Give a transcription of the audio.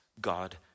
God